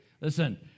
Listen